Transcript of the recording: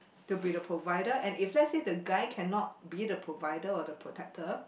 to be the provider and if let's say the guy cannot be the provider or the protector